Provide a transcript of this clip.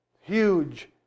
Huge